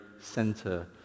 center